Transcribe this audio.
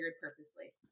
purposely